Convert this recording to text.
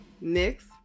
Next